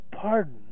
pardon